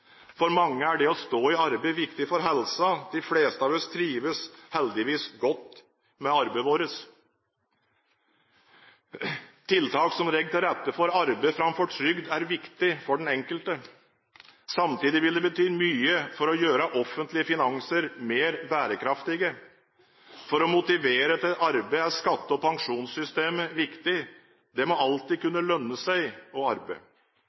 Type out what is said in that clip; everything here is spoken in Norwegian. For mange er det å stå i arbeid viktig for helsen – de fleste av oss trives heldigvis godt med arbeidet vårt. Tiltak som legger til rette for arbeid framfor trygd, er viktige for den enkelte. Samtidig vil det bety mye for å gjøre offentlige finanser mer bærekraftige. For å motivere til arbeid er skatte- og pensjonssystemet viktig. Det må alltid kunne lønne seg å arbeide.